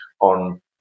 on